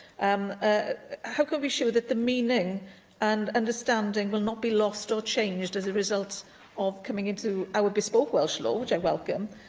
um ah how can we be sure that the meaning and understanding will not be lost or changed as a result of coming into our bespoke welsh law, which i welcome?